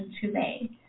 today